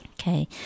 Okay